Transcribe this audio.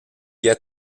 get